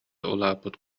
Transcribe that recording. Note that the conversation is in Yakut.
улааппыт